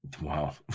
Wow